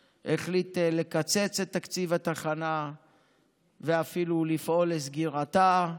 לקצץ את תקציב התחנה ואפילו לפעול לסגירתה.